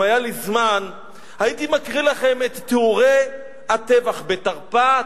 אם היה לי זמן הייתי מקריא לכם את תיאורי הטבח בתרפ"ט,